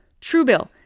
Truebill